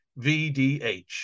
VDH